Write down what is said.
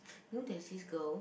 you know there's this girl